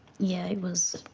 yeah, it was.